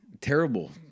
terrible